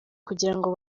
kugirango